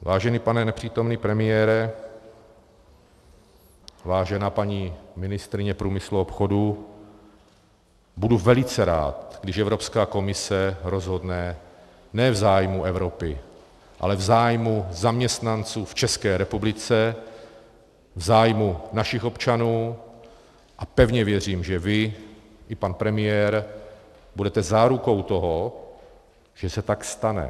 Vážený pane nepřítomný premiére, vážená paní ministryně průmyslu a obchodu, budu velice rád, když Evropská komise rozhodne ne v zájmu Evropy, ale v zájmu zaměstnanců v ČR, v zájmu našich občanů, a pevně věřím, že vy i pan premiér budete zárukou toho, že se tak stane.